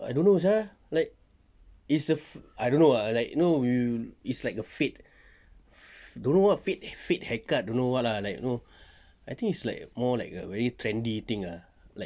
I don't know sia like it's a I don't know ah like you know you it's like a fade don't know what fade fade haircut don't know what lah like you know I think it's like a more like a very trendy thing ah like